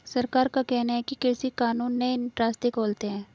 सरकार का कहना है कि कृषि कानून नए रास्ते खोलते है